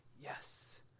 yes